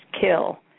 kill